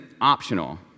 optional